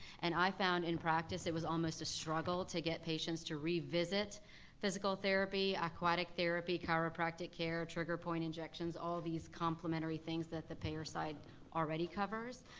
and i found in practice, it was almost a struggle to get patients to revisit physical therapy, aquatic therapy, chiropractic care, trigger point injections, all these complementary things that the payer side already covers.